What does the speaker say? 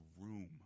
room